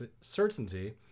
certainty